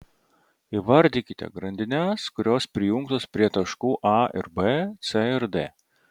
įvardykite grandines kurios prijungtos prie taškų a ir b c ir d